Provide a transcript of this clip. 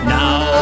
now